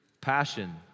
passion